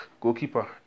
goalkeeper